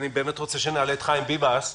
אני רוצה שנעלה את חיים ביבס,